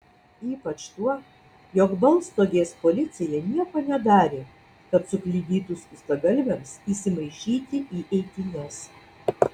ypač tuo jog baltstogės policija nieko nedarė kad sukliudytų skustagalviams įsimaišyti į eitynes